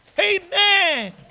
Amen